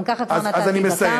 גם ככה כבר נתתי דקה.